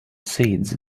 seeds